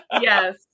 Yes